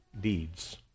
deeds